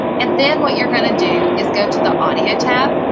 and then what you're going to do is go to the audio tab,